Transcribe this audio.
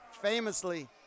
famously